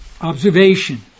observation